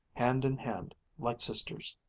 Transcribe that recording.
hand-in-hand like sisters.